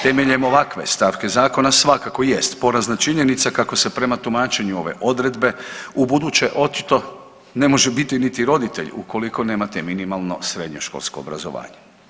Temeljem ovakve stavke zakona svakako jest porazna činjenica kako se prema tumačenju ove odredbe u buduće očito ne može biti niti roditelj ukoliko nemate minimalno srednjoškolsko obrazovanje.